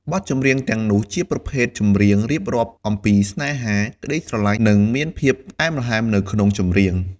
បទចម្រៀងទាំងនោះជាប្រភេទចម្រៀងរៀបរាប់អំពីស្នេហា ក្តីស្រឡាញ់និងមានភាពផ្អែមល្ហែមនៅក្នុងចម្រៀង។